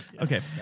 Okay